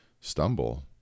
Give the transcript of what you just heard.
stumble